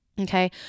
okay